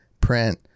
print